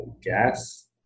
gas